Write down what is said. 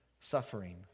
suffering